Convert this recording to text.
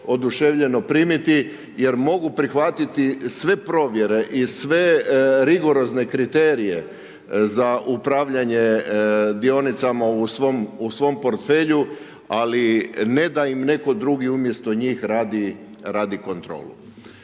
oduševljeno primiti, jer mogu prihvatiti sve provjere i sve rigorozne kriterije za upravljanje dionicama u svom portfelju, ali ne da im netko drugi umjesto njih radi kontrolu.